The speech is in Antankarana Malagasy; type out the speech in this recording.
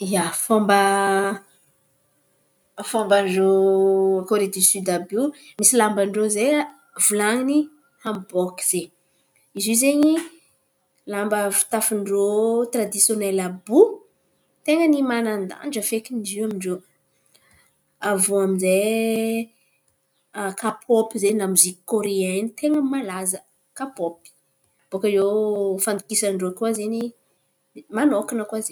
Ia, fômbafômban-drô Kôre dio Soda àby io, misy lamban-drô atao hoe kambôky zey. Izy iô zen̈y lamba fitafin-drô tiradisionely àby io. Ten̈a ny manandanja fekiny izy iô amin-drô. Avô aminjay kapôpy zay, lamozika kôreanina ten̈a malaza kapôpy. Baka iô, fandokisan-drô koa zen̈y manaokan̈a koa ze.